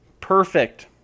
perfect